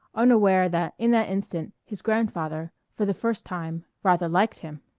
unaware that in that instant his grandfather, for the first time, rather liked him.